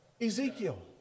Ezekiel